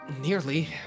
Nearly